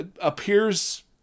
appears